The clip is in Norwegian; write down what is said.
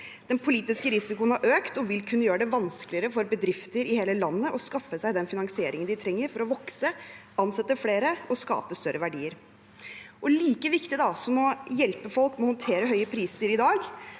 Den politiske risikoen har økt og vil kunne gjøre det vanskeligere for bedrifter i hele landet å skaffe seg den finansieringen de trenger for å vokse, ansette flere og skape større verdier. Like viktig som å hjelpe folk med å håndtere høye priser i dag,